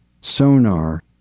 sonar